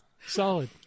solid